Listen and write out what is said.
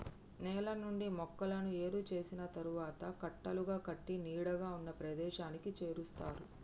నేల నుండి మొక్కలను ఏరు చేసిన తరువాత కట్టలుగా కట్టి నీడగా ఉన్న ప్రదేశానికి చేరుస్తారు